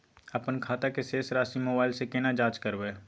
अपन खाता के शेस राशि मोबाइल से केना जाँच करबै?